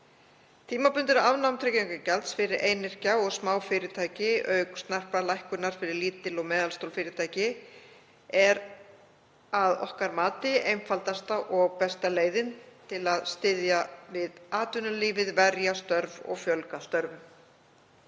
Tímabundið afnám tryggingagjalds fyrir einyrkja og smáfyrirtæki auk snarprar lækkunar fyrir lítil og meðalstór fyrirtæki er að okkar mati einfaldasta og besta leiðin til að styðja við atvinnulífið, verja störf og fjölga störfum.